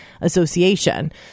association